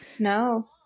No